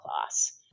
class